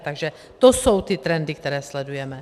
Takže to jsou ty trendy, které sledujeme.